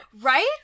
Right